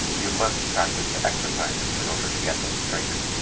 you must practice the exercises in order to get this strength.